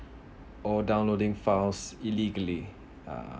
or downloading files illegally uh